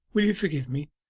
will you forgive me